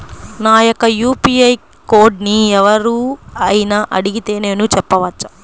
నా యొక్క యూ.పీ.ఐ కోడ్ని ఎవరు అయినా అడిగితే నేను చెప్పవచ్చా?